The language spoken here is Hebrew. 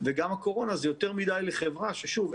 וגם הקורונה זה יותר מידי לחברה ששוב,